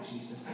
Jesus